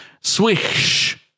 swish